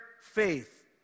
faith